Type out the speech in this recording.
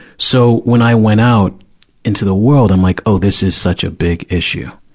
so, when i went out into the world, i'm like, oh, this is such a big issue.